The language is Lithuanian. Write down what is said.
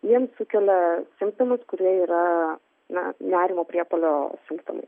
jiems sukelia simptomus kurie yra na nerimo priepuolio simptomai